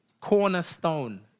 cornerstone